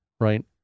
right